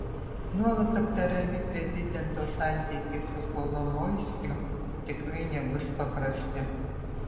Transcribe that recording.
nuolat aptariami prezidento santykiai su kolomoiskiu tikrai nebus paprasti